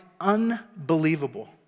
unbelievable